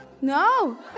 No